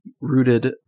rooted